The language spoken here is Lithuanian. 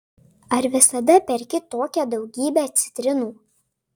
ar visada perki tokią daugybę citrinų